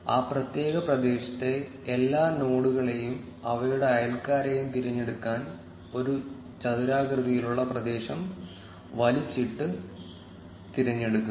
ആ പ്രത്യേക പ്രദേശത്തെ എല്ലാ നോഡുകളെയും അവയുടെ അയൽക്കാരെയും തിരഞ്ഞെടുക്കാൻ ഒരു ചതുരാകൃതിയിലുള്ള പ്രദേശം വലിച്ചിട്ട് തിരഞ്ഞെടുക്കുക